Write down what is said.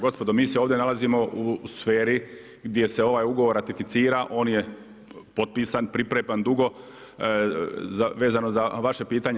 Gospodo mi se ovdje nalazimo u sferi gdje se ovaj ugovor ratificira, on je potpisan, pripreman dugo vezano za vaše pitanje.